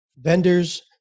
vendors